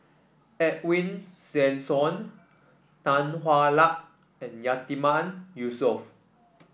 Edwin Tessensohn Tan Hwa Luck and Yatiman Yusof